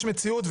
יש מציאות,